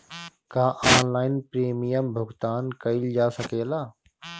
का online premium भुगतान कईल जा सकेला?